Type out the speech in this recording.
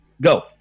go